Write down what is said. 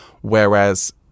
whereas